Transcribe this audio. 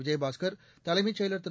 விஜயபாஸ்கர் தலைமைச் செயலர் திரு